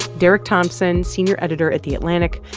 derek thompson, senior editor at the atlantic,